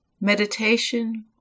meditation